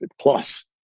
plus